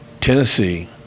Tennessee